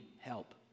help